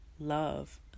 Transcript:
love